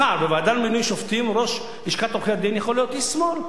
מחר בוועדה למינוי שופטים ראש לשכת עורכי-הדין יכול להיות איש שמאל,